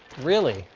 really?